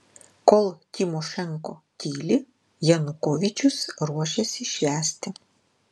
kol tymošenko tyli janukovyčius ruošiasi švęsti